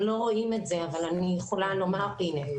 עלתה.